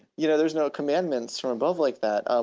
you know there is no commandments from above like that. ah